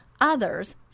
others